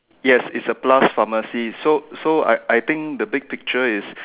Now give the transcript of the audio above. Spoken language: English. yes is a plus pharmacy so so I I think the big picture is